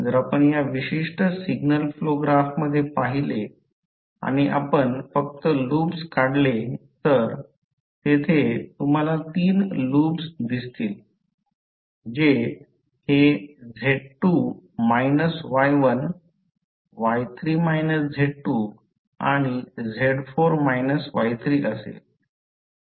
जर आपण या विशिष्ट सिग्नल फ्लो ग्राफमध्ये पाहिले आणि आपण फक्त लूप्स काढले तर तेथे तुम्हाला तीन लूप्स दिसतील जेणेकरून हे Z2 Y1 Y3 Z2 आणि Z4 Y3 असेल